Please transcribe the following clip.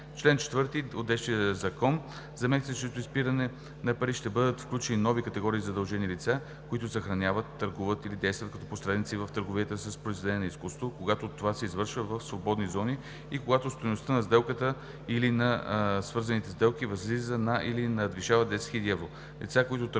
В чл. 4 от действащия Закон за мерките срещу изпирането на пари ще бъдат включени нови категории задължени лица, които съхраняват, търгуват или действат като посредници в търговията с произведения на изкуството, когато това се извършва в свободни зони и когато стойността на сделката или на свързаните сделки възлиза на или надвишава 10 000 евро;